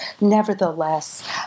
nevertheless